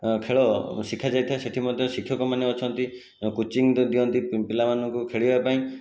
ଖେଳ ଶିଖାଯାଇଥାଏ ସେଇଠି ମଧ୍ୟ ଶିକ୍ଷକମାନେ ଅଛନ୍ତି କୋଚିଙ୍ଗ ତ ଦିଅନ୍ତି ପିଲାମାନଙ୍କୁ ଖେଳିବା ପାଇଁ